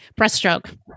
Breaststroke